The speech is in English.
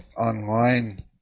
online